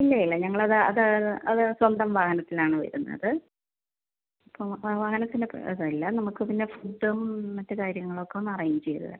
ഇല്ലയില്ല ഞങ്ങളത് അത് അത് സ്വന്തം വാഹനത്തിലാണ് വരുന്നത് അപ്പം അപ്പോൾ വാഹനത്തിൻറെ കുഴപ്പമില്ല നമുക്ക് പിന്നെ ഫുഡും മറ്റുകാര്യങ്ങളുമൊക്കെ ഒന്ന് അറേഞ്ച് ചെയ്തുതരണം